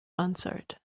answered